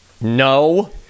No